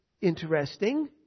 interesting